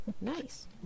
nice